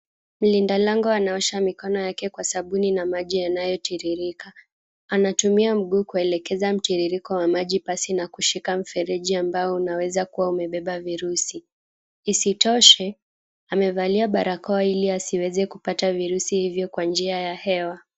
Mlindalango anaosha mikono yake kwa sabuni na maji yanayotiririka. Anatumia mguu kuelekeza mtiririko wa maji pasi na kushika mfereji ambao unaweza kuwa umebeba virusi. Isitoshe, amevalia barakoa ili asiweze kupata virusi hivyo kwa njia ya hewa.